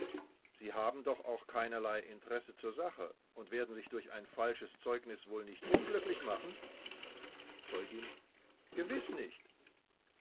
sie haben doch auch keinerlei interesse zur sache und werden sich durch ein falsches zeugnis wohl nicht unglücklich machen zeugin gewiß nicht